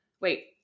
Wait